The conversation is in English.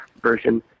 version